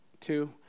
two